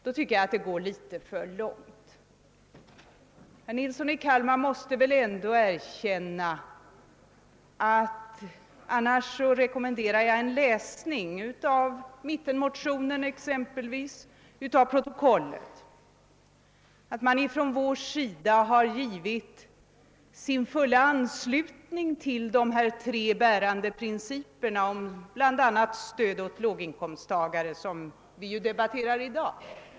Det tycker jag är att gå för långt. Herr Nilsson i Kalmar måste väl ändå erkän na — i annat fall rekommenderar jag en läsning av exempelvis mittenmotionen och av protokollet — att vi gav vår fulla anslutning till de tre bärande principerna om bl.a. stöd till låginkomsttagare, som vi ju debatterar i dag.